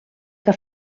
que